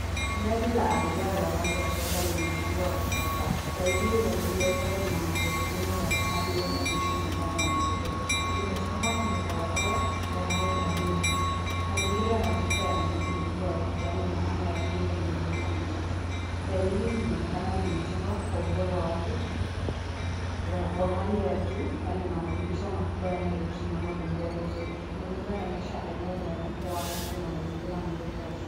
Gari la abiria la rangi ya fedha lenye muundo wa kisasa, gari hili la Toyota lina magurudumu ya dhahabu yanayoonyesha utengano wa kipekee limesimama kwenye barabara ya mawe madogo. Mazingira yanazunguka yana miti mikubwa ya kijani na anga ya buluu lenye mawingu machache. Gari hili linaonekana limejengwa kwa ubora wake wa hali ya juu na lina madirisha makubwa yanayoruhusu mwanga kuingia vizuri. Mazingira yanaonyesha eneo lenye hewa safi na mazingira mazuri ya asili.